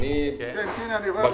והיא לא